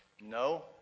no